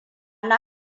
na